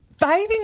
Bathing